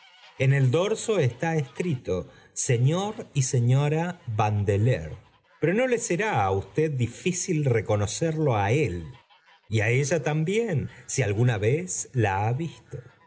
en el dorso está escrito señor y señora vandoleur pero no ir será á usted difícil reconocerlo á él y a ella también si alguna vez la ha visto